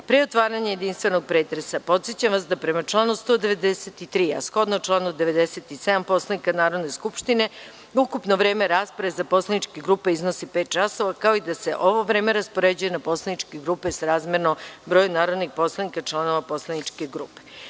otvaranja jedinstvenog pretresa, podsećam vas da, prema članu 193, a shodno članu 97. Poslovnika Narodne skupštine, ukupno vreme rasprave za poslaničke grupe iznosi pet časova, kao i da se ovo vreme raspoređuje na poslaničke grupe srazmerno broju narodnih poslanika članova poslaničke grupe. Pošto